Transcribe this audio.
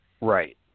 right